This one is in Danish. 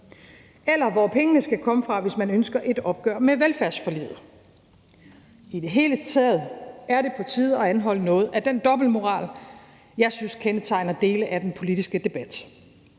Eller hvor skal pengene komme fra, hvis man ønsker et opgør med velfærdsforliget? Kl. 09:31 I det hele taget er det på tide at anholde noget af den dobbeltmoral, jeg synes kendetegner dele af den politiske debat.